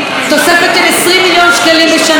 תוספת של 20 מיליון שקלים בשנה.